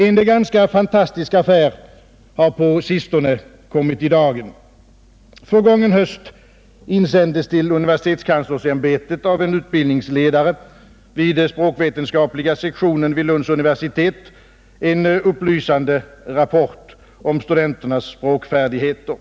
En ganska fantastisk affär har på sistone kommit i dagen. Förgången höst insändes till universitetskanslersämbetet av en utbildningsledare vid språkvetenskapliga sektionen vid Lunds universitet en upplysande rapport om studenternas språkfärdigheter.